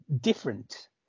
different